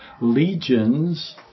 legions